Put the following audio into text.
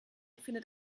findet